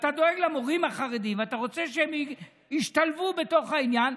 ואתה דואג למורים החרדים ואתה רוצה שהם ישתלבו בתוך העניין,